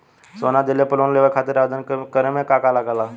सोना दिहले पर लोन लेवे खातिर आवेदन करे म का का लगा तऽ?